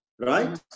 Right